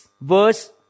verse